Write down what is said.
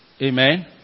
Amen